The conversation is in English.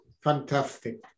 Fantastic